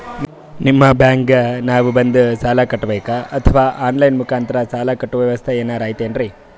ನಿಮ್ಮ ಬ್ಯಾಂಕಿಗೆ ನಾವ ಬಂದು ಸಾಲ ಕಟ್ಟಬೇಕಾ ಅಥವಾ ಆನ್ ಲೈನ್ ಮುಖಾಂತರ ಸಾಲ ಕಟ್ಟುವ ವ್ಯೆವಸ್ಥೆ ಏನಾರ ಐತೇನ್ರಿ?